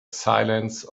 silence